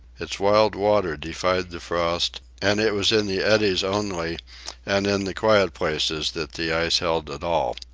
its wild water defied the frost, and it was in the eddies only and in the quiet places that the ice held at all.